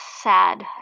sad